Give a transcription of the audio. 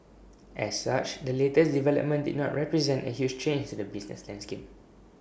as such the latest development did not represent A huge change to the business landscape